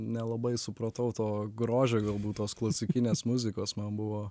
nelabai supratau to grožio galbūt tos klasikinės muzikos man buvo